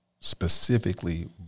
specifically